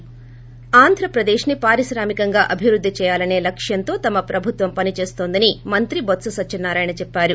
ి ఆంధ్రప్రదేశ్ ని పారిశ్రామికంగా అభివృద్ది చేయాలసే లక్క్యంతో తమ ప్రభుత్వం పని చేస్తోందని మంత్రి బొత్స సత్యనారాయణ చెప్పారు